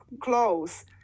clothes